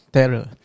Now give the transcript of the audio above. Terror